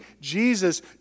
Jesus